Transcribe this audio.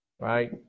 Right